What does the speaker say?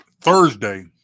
Thursday